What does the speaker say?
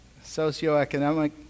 socioeconomic